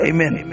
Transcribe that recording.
Amen